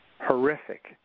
horrific